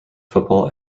football